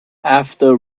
after